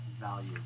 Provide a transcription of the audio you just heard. value